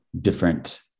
different